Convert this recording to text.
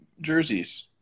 jerseys